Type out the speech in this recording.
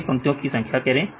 सारी पंक्तियों की संख्या करे